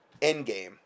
endgame